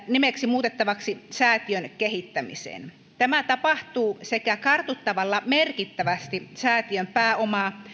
nimeksi muutettavan säätiön kehittämiseen tämä tapahtuu sekä kartuttamalla merkittävästi säätiön pääomaa